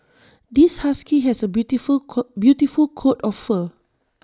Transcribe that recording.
this husky has A beautiful coat beautiful coat of fur